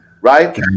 right